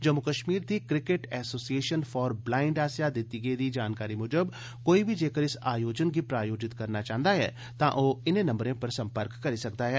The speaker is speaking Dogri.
जम्मू कष्मीर दी क्रिकेट एसोसिएषन फौर ब्लाइंड आसेया दित्ती गेदी जानकारी मुजब कोई बी जेक्कर इस आयोजन गी प्रायोजित करना चांह्दा ऐ तां ओह् इनें नम्बरें पर सम्पर्क करी सकदा ऐ